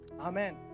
amen